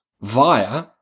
via